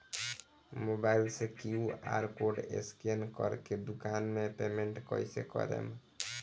Mobile से QR code scan कर के दुकान मे पेमेंट कईसे करेम?